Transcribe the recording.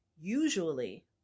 usually